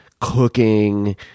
cooking